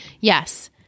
yes